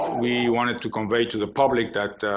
we wanted to convey to the public that,